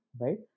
Right